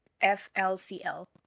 F-L-C-L